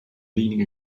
leaning